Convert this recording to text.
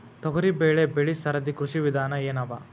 ತೊಗರಿಬೇಳೆ ಬೆಳಿ ಸರದಿ ಕೃಷಿ ವಿಧಾನ ಎನವ?